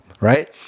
right